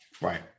right